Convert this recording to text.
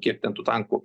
kiek ten tų tankų